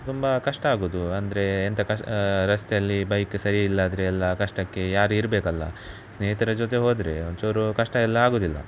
ತುಂಬ ಕಷ್ಟ ಆಗುದು ಅಂದರೆ ಎಂತಹ ಕಷ್ ರಸ್ತೆಯಲ್ಲಿ ಬೈಕ್ ಸರಿಯಿಲ್ಲಾದರೆ ಎಲ್ಲ ಕಷ್ಟಕ್ಕೆ ಯಾರಿರಬೇಕಲ್ಲ ಸ್ನೇಹಿತರ ಜೊತೆ ಹೋದರೆ ಒಂಚೂರು ಕಷ್ಟ ಎಲ್ಲ ಆಗುದಿಲ್ಲ